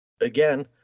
again